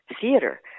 theater